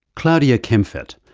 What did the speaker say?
claudia kemfert,